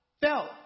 felt